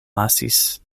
lasis